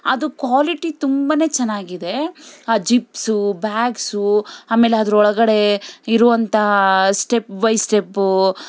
ಅದು ಕ್ವಾಲಿಟಿ ತುಂಬ ಚೆನ್ನಾಗಿದೆ ಆ ಜಿಪ್ಸು ಬ್ಯಾಗ್ಸು ಆಮೇಲೆ ಅದರೊಳಗಡೆ ಇರುವಂಥ ಸ್ಟೆಪ್ ಬೈ ಸ್ಟೆಪ್ಪು